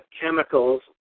chemicals